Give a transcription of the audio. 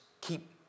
keep